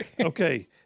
Okay